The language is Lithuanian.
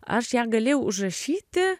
aš ją galėjau užrašyti